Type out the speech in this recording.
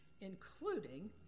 including